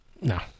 No